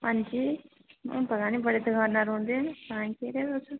हां जी हून पता नेईं बड़े दकाना पर औंदे न पता नी केह्ड़े ओ तुस